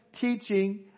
Teaching